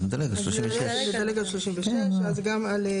אז נדלג על 36. אז נדלג על 36. אז גם על,